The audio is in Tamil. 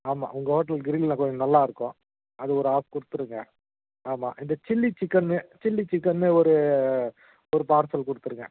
ஆமாம் உங்கள் ஹோட்டல் க்ரிலெல்லாம் கொஞ்சம் நல்லா இருக்கும் அது ஒரு ஆஃப் கொடுத்துருங்க ஆமாம் இந்த சில்லி சிக்கன்னு சில்லி சிக்கன்னு ஒரு ஒரு பார்சல் கொடுத்துருங்க